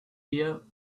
here